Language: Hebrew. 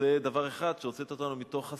אז זה דבר אחד, שהוצאת אותנו מתוך הסערות,